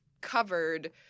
covered